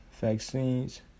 vaccines